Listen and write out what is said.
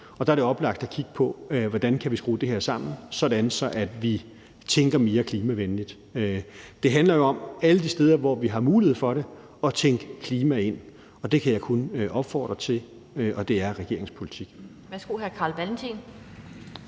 og der er det oplagt at kigge på, hvordan vi kan skrue det her sammen, sådan at vi tænker mere klimavenligt. Det handler jo om at tænke klima ind alle de steder, hvor vi har mulighed for det, og det kan jeg kun opfordre til – det er regeringens politik.